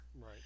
Right